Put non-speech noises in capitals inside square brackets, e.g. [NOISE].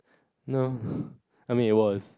no [BREATH] I mean it was